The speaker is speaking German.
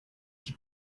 die